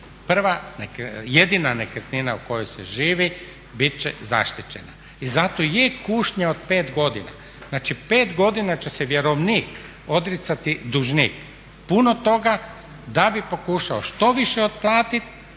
Prva, jedina nekretnina u kojoj se živi bit će zaštićena i zato je kušnja od 5 godina. Znači, 5 godina će se vjerovnik odricati, dužnik puno toga da bi pokušao što više otplatiti,